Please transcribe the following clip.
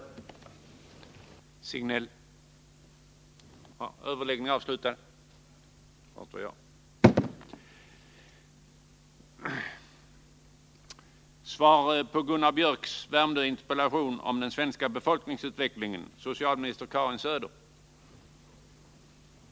Tisdagen den